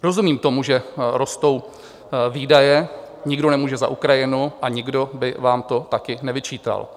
Rozumím tomu, že rostou výdaje, nikdo nemůže za Ukrajinu a nikdo by vám to také nevyčítal.